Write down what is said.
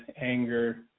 anger